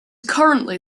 currently